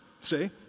See